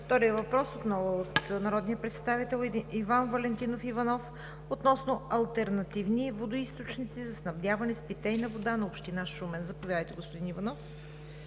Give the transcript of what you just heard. Вторият въпрос е отново от народния представител Иван Валентинов Иванов – относно алтернативни водоизточници за снабдяване с питейна вода на община Шумен. Заповядайте, господин Иванов.